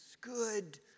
Good